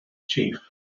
chief